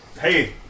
Hey